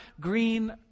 green